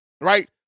right